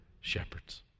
shepherds